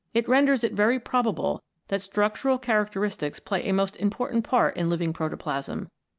it renders it very probable that structural characteristics play a most im portant part in living protoplasm,